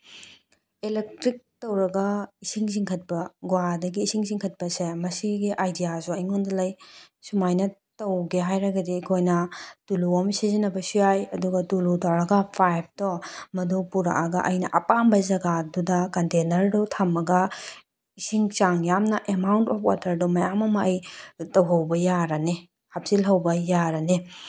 electric ꯇꯧꯔꯒ ꯏꯁꯤꯡ ꯆꯤꯡꯈꯠꯄ ꯒꯨꯍꯥꯗꯒꯤ ꯏꯁꯤꯡ ꯆꯤꯡꯈꯠꯄꯁꯦ ꯃꯁꯤꯒꯤ ꯑꯥꯏꯗꯤꯌꯥꯁꯨ ꯑꯩꯉꯣꯟꯗ ꯂꯩ ꯁꯨꯃꯥꯏꯅ ꯇꯧꯒꯦ ꯍꯥꯏꯔꯒꯗꯤ ꯑꯩꯈꯣꯏꯅ ꯇꯨꯂꯨ ꯑꯃ ꯁꯤꯖꯟꯅꯕꯁꯨ ꯌꯥꯏ ꯑꯗꯨꯒ ꯇꯨꯂꯨ ꯇꯧꯔꯒ ꯄꯥꯏꯞꯇꯣ ꯃꯗꯨ ꯄꯨꯔꯛꯑꯒ ꯑꯩꯅ ꯑꯄꯥꯝꯕ ꯖꯒꯥꯗꯨꯗ ꯀꯟꯇꯦꯅꯔꯗꯨ ꯊꯝꯃꯒ ꯏꯁꯤꯡ ꯆꯥꯡ ꯌꯥꯝꯅ ꯑꯦꯃꯥꯎꯟ ꯑꯣꯐ ꯋꯥꯇꯔꯗꯣ ꯃꯌꯥꯝ ꯑꯃ ꯑꯩ ꯇꯧꯍꯧꯕ ꯌꯥꯔꯅꯤ ꯍꯥꯞꯆꯤꯜꯍꯧꯕ ꯌꯥꯔꯅꯤ